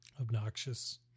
Obnoxious